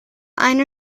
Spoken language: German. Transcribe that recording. eine